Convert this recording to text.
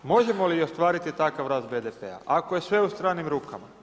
Možemo li ostvariti takav rasta BDP-a ako je sve u stranim rukama.